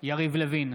יריב לוין,